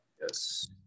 Yes